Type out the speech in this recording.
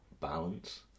balance